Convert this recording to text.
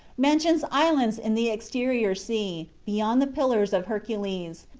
mentions islands in the exterior sea, beyond the pillars of hercules,